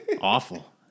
Awful